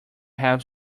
have